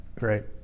right